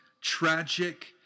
tragic